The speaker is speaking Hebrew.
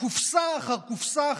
קופסה אחר קופסה,